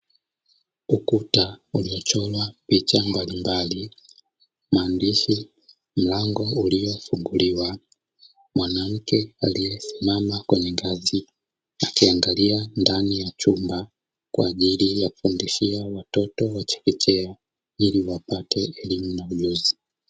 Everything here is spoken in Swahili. Ukuta uliochorwa picha mbalimbali, maandishi ,mlango uliofunguliwa; mwanamke aliyesimama kwenye ngazi akiangalia ndani ya chumba kwa ajili ya kufundishia watoto wa chekechea ili wapate elimu na ujuzi.